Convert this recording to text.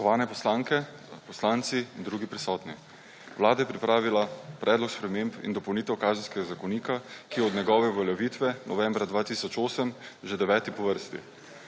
poslanke, poslanci in drugi prisotni! Vlada je pripravila predlog sprememb in dopolnitev Kazenskega zakonika, ki je od njegove uveljavitve novembra 2008 že deveti po vrsti.